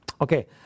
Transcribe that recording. Okay